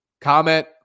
Comment